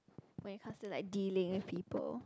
when it comes to like dealing with people